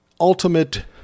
ultimate